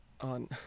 on